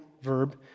verb